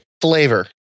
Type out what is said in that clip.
Flavor